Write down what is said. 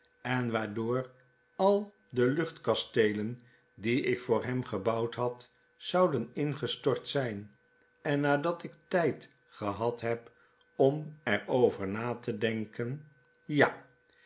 en waardoor al de luchtkasteelen die ik voor hem gebouwd had zouden ingestort zyn en nadat ik tijd gehad heb om er over na te denken ja